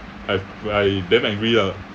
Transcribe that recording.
I I damn angry ah